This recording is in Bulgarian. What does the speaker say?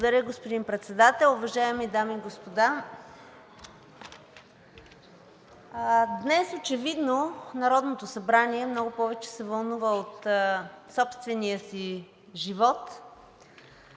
Благодаря, господин Председател. Уважаеми дами и господа! Днес очевидно Народното събрание много повече се вълнува от собствения си живот